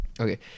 Okay